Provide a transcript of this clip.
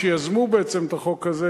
שיזמו בעצם את החוק הזה,